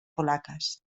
polacas